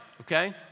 okay